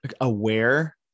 aware